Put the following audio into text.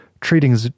treating